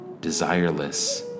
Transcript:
desireless